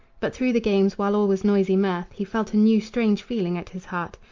but through the games, while all was noisy mirth, he felt a new, strange feeling at his heart,